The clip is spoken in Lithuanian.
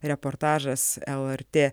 reportažas elartė